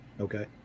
Okay